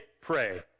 pray